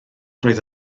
roedd